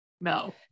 No